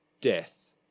death